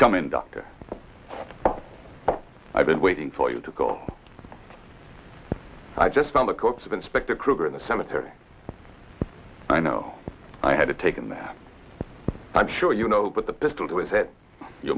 come in doctor i've been waiting for you to go i just found the corpse of inspector kruger in the cemetery i know i had to take him that i'm sure you know but the